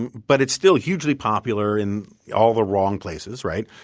but it's still hugely popular in all the wrong places, right?